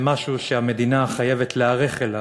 זה משהו שהמדינה חייבת להיערך אליו,